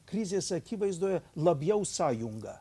krizės akivaizdoje labiau sąjunga